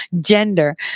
gender